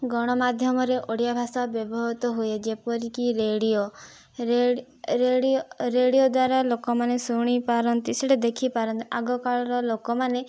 ଗଣମାଧ୍ୟମରେ ଓଡ଼ିଆ ଭାଷା ବ୍ୟବହୃତ ହୁଏ ଯେପରିକି ରେଡ଼ିଓ ରେଡ଼ିଓ ଦ୍ୱାରା ଲୋକମାନେ ଶୁଣିପାରନ୍ତି ସେଟା ଦେଖିପାରନ୍ତି ଆଗକାଳର ଲୋକମାନେ